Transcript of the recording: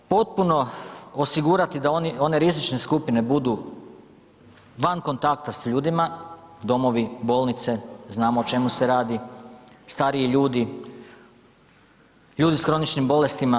Potpuno osigurati da one rizične skupine budu van kontakta s ljudima, domovi, bolnice, znamo o čemu se radi, stariji ljudi, ljudi s kroničnim bolestima.